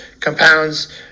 compounds